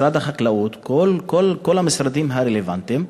על משרד החקלאות, כל המשרדים הרלוונטיים,